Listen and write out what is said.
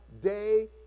day